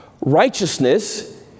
Righteousness